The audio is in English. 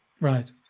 Right